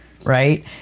Right